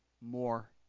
more